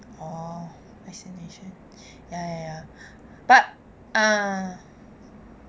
orh I see I see ya ya ya but uh